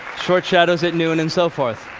short shadows at noon and so forth.